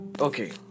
Okay